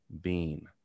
Bean